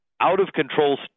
out-of-control